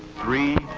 three,